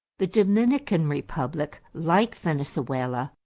the dominican republic, like venezuela,